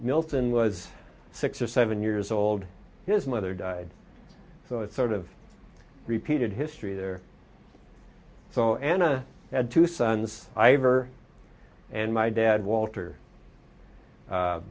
milton was six or seven years old his mother died so it sort of repeated history there so anna had two sons ivor and my dad walter